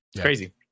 Crazy